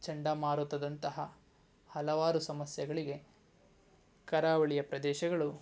ಚಂಡಮಾರುತದಂತಹ ಹಲವಾರು ಸಮಸ್ಯೆಗಳಿಗೆ ಕರಾವಳಿಯ ಪ್ರದೇಶಗಳು